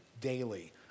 daily